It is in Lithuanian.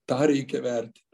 tą reikia vertint